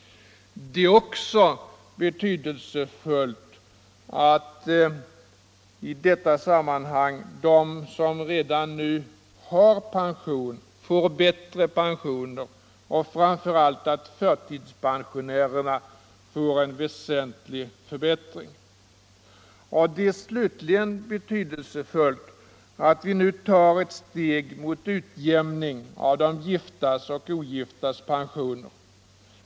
Det är också betydelsefullt att i detta sammanhang de som redan nu har pension får bättre pensioner och framför allt att förtidspensionärerna får en väsentlig förbättring. Slutligen är det betydelsefullt att vi tar ett steg mot utjämning av de giftas och de ogiftas pensioner.